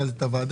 במידה